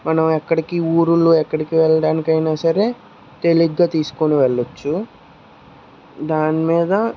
మనం ఎక్కడికి ఊరిలో ఎక్కడికి వెళ్ళడానికి అయినా సరే తేలికగా తీసుకోని వెళ్ళవచ్చు దానిమీద